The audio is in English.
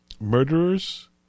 murderers